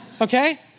okay